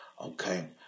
okay